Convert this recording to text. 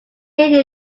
year